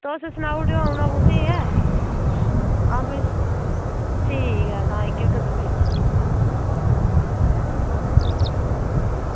तुस सनाई ओड़ेओ औना कुत्थें ऐ ठीक ऐ भी तां आई जाह्गा दोमेल